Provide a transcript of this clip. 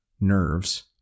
nerves